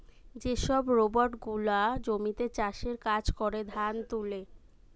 যে সব রোবট গুলা জমিতে চাষের কাজ করে, ধান তুলে